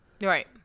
Right